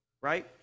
right